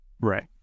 Right